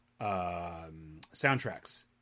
soundtracks